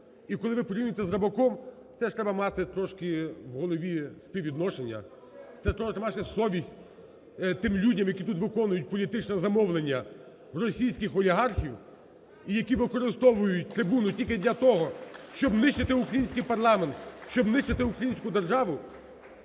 і коли ви порівнюєте з Рибаком, теж треба мати трошки в голові співвідношення, це трошки мати совість тим людям, які тут виконують політичне замовлення в російських олігархів і які використовують трибуну тільки для того, щоб нищити український парламент, щоб нищити українську державу.